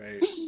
right